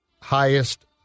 highest